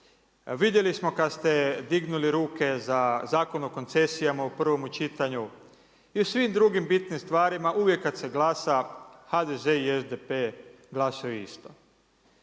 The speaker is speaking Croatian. vidjeli smo kada ste dignuli ruke za Zakon o koncesijama u prvome čitanju i u svim drugim bitnim stvarima uvijek kada se glasa HDZ i SDP glasuju isto.